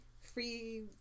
free